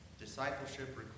Discipleship